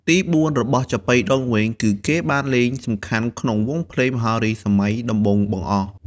ទី៤ របស់ចាប៉ីដងវែង គឺគេបានលេងសំខាន់ក្នុងវង់ភ្លេងមហោរីសម័យដំបូងបង្អស់។